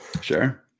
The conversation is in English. Sure